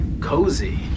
cozy